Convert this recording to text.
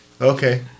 Okay